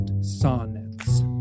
sonnets